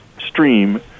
stream